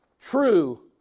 true